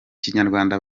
kinyarwanda